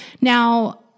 Now